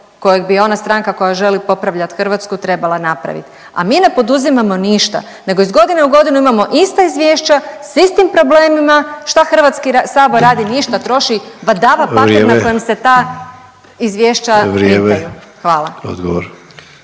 kojeg bi ona stranka koja želi popravljati Hrvatsku trebala napraviti. A mi ne poduzimamo ništa nego iz godine u godinu imamo ista izvješća s istim problemima. Šta Hrvatski sabor radi, ništa troši badava …/Upadica: Vrijeme./… papir na kojem se ta izvješća